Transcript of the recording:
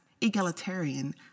egalitarian